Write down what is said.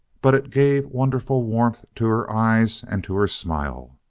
but it gave wonderful warmth to her eyes and to her smile.